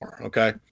okay